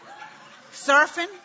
Surfing